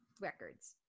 records